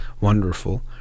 wonderful